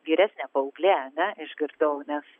vyresnė paauglė ane išgirdau nes